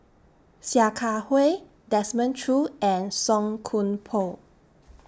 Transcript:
Sia Kah Hui Desmond Choo and Song Koon Poh